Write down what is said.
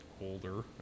older